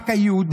רק היהודים,